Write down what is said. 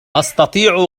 أستطيع